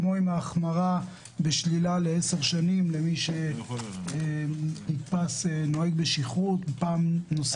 כמו עם ההחמרה בשלילה לעשר שנים למי שנתפס נוהג בשכרות פעם נוספת?